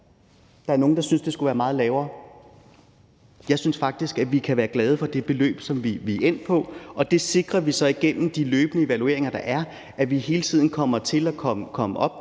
Der er nogen, der synes, det skulle være meget lavere. Jeg synes faktisk, vi kan være glade for det beløb, som vi er endt på, og igennem de løbende evalueringer, der er, sikrer vi så, at vi hele tiden kommer til at komme op